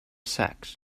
sax